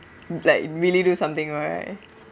like really do something right